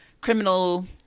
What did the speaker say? criminal